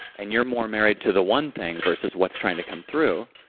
and you're more married to the one thing versus what's trying to come through,